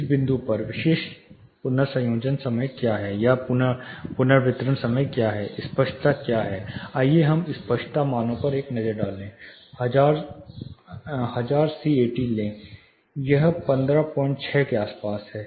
इस बिंदु पर विशिष्ट पुनर्संयोजन समय क्या है स्पष्टता क्या है आइए हम स्पष्टता मानों पर एक नज़र डालें हजार सी 80 पर लें यह 156 के आसपास है